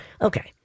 Okay